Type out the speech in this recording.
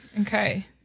Okay